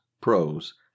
pros